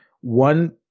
One